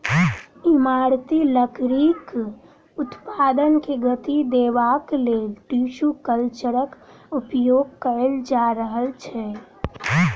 इमारती लकड़ीक उत्पादन के गति देबाक लेल टिसू कल्चरक उपयोग कएल जा रहल छै